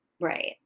Right